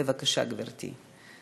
בבקשה, גברתי.